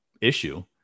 issue